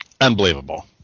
Unbelievable